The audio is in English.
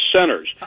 centers